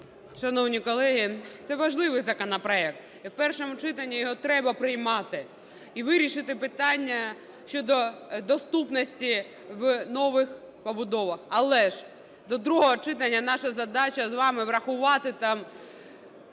Шановні колеги, це важливий законопроект і в першому читанні його треба приймати і вирішити питання щодо доступності в нових побудовах. Але ж до другого читання наша задача з вами врахувати там